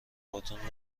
هاتون